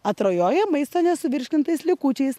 atrajoja maistą nesuvirškintais likučiais